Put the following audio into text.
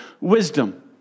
wisdom